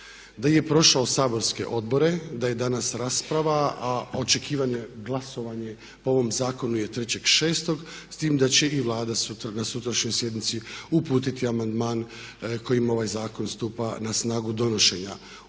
da je prošao saborske odbore, da je danas rasprava, a očekivanje, glasovanje po ovom zakonu je 3.6. s tim da će i Vlada sutra, na sutrašnjoj sjednici uputiti amandman kojim ovaj Zakon stupa na snagu donošenja.